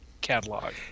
catalog